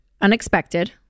unexpected